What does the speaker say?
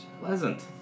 Pleasant